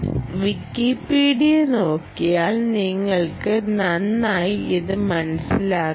Wikipedia നോക്കിയാൽ നിങ്ങൾക്ക് നന്നായി ഇത് മനസ്സിലാകും